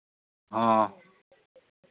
ᱦᱮᱸ